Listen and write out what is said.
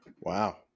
Wow